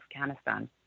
Afghanistan